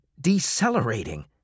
decelerating